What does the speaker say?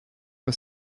for